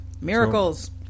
Miracles